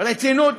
רצינות